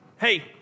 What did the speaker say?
hey